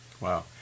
Wow